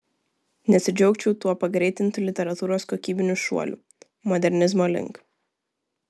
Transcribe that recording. nesidžiaugčiau tuo pagreitintu literatūros kokybiniu šuoliu modernizmo link